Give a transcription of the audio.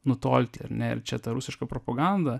nutolti ar ne ir čia ta rusiška propaganda